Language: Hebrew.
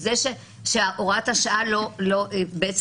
זה שהוראת השעה לא קיימת,